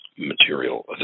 Material